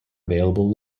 available